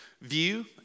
view